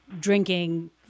drinking